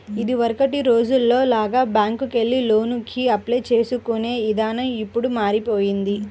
ఇదివరకటి రోజుల్లో లాగా బ్యేంకుకెళ్లి లోనుకి అప్లై చేసుకునే ఇదానం ఇప్పుడు మారిపొయ్యింది